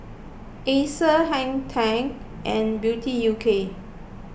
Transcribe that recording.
Acer Hang ten and Beauty U K